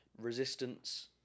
Resistance